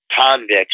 convicts